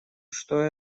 что